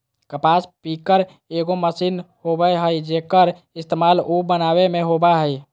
कपास पिकर एगो मशीन होबय हइ, जेक्कर इस्तेमाल उन बनावे में होबा हइ